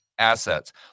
assets